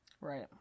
right